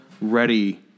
ready